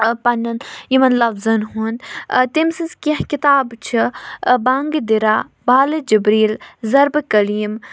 پنٛنٮ۪ن یِمَن لفظن ہُنٛد تٔمۍ سٕنٛز کینٛہہ کِتابہٕ چھِ بانٛگہٕ دِرا بالہِ جبریٖل ذربہٕ قٔلیٖم